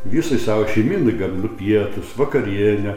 visai savo šeimynai gaminu pietus vakarienę